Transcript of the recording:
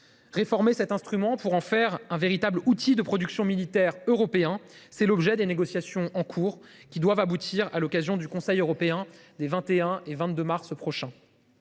réformer cet instrument pour en faire un véritable outil européen de production militaire. Tel est l’objet des négociations en cours, qui doivent aboutir à l’occasion du Conseil européen des 21 et 22 mars prochains.